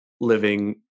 living